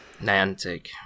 Niantic